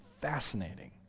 fascinating